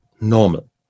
normal